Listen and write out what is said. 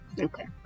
Okay